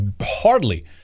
hardly